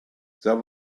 there